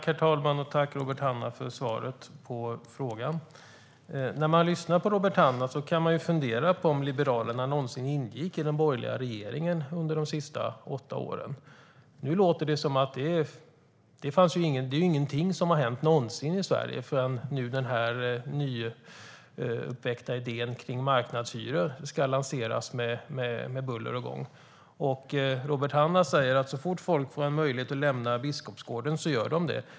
Herr talman! Tack, Robert Hannah, för svaret på frågan! När man lyssnar på Robert Hannah kan man fundera på om Liberalerna någonsin ingick i den borgerliga regeringen under de sista åtta åren. Det låter som att ingenting har hänt någonsin i Sverige förrän nu när den nyuppväckta idén om marknadshyror ska lanseras med buller och bång. Robert Hannah säger att så fort folk får en möjlighet att lämna Biskopsgården så gör de det.